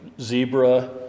zebra